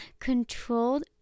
controlled